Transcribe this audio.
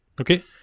Okay